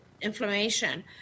inflammation